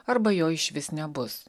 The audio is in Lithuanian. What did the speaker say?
arba jo išvis nebus